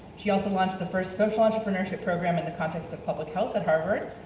she also launched the first social entrepreneurship program in the context of public health at harvard.